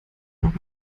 noch